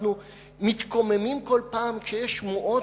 אנחנו מתקוממים כל פעם כשיש שמועות